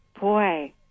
Boy